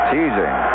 Teasing